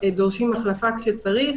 ודורשים החלפה כשצריך.